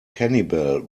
cannibal